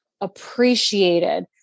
appreciated